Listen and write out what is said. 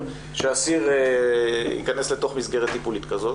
שאסיר ייכנס לתוך מסגרת טיפולית כזאת.